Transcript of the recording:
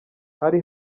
hari